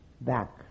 back